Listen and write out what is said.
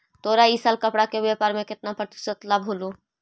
तोरा इ साल कपड़ा के व्यापार में केतना प्रतिशत लाभ होलो?